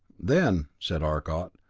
then, said arcot,